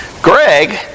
Greg